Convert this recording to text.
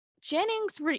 Jennings